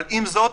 אבל עם זאת,